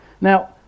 Now